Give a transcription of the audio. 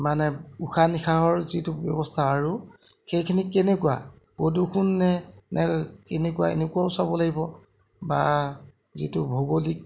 মানে উশাহ নিশাহৰ যিটো ব্যৱস্থা আৰু সেইখিনি কেনেকুৱা প্ৰদূষণ নে নে এনেকুৱা এনেকুৱাও চাব লাগিব বা যিটো ভৌগোলিক